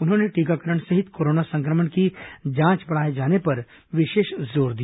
उन्होंने टीकाकरण सहित कोरोना संक्रमण की जांच बढाए जाने पर विशेष जोर दिया